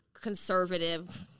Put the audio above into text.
conservative